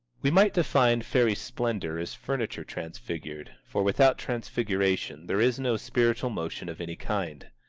we might define fairy splendor as furniture transfigured, for without transfiguration there is no spiritual motion of any kind.